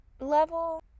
level